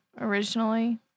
originally